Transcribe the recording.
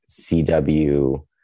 cw